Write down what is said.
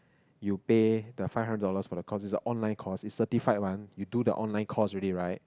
you pay the five hundred dollars for the course is a online course is certified one you do the online course already right